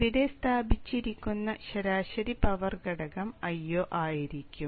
ഇവിടെ സ്ഥാപിച്ചിരിക്കുന്ന ശരാശരി പവർ ഘടകം Io ആയിരിക്കും